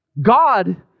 God